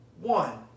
one